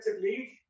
league